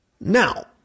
Now